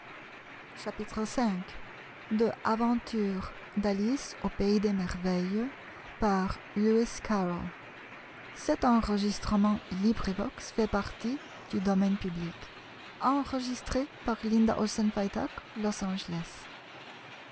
aventures d'alice au pays des merveilles